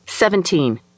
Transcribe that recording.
Seventeen